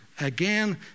again